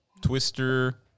Twister